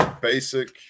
basic